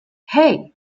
hey